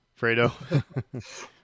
Fredo